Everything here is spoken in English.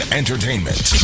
entertainment